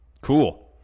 cool